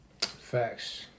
facts